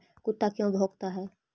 कुत्ता क्यों भौंकता है?